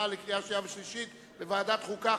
לקריאה שנייה ולקריאה שלישית בוועדת החוקה,